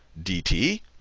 dt